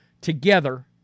together